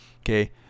okay